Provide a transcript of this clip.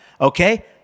Okay